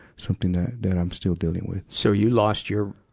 something that, that i'm still dealing with. so, you lost your,